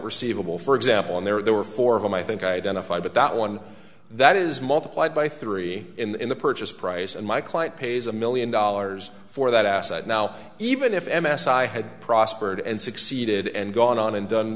receivable for example and there were four of them i think identified but that one that is multiplied by three in the purchase price and my client pays a million dollars for that asset now even if m s i had prospered and succeeded and gone on and done